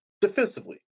defensively